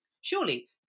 Surely